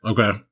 Okay